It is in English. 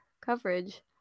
coverage